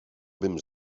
bym